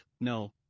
No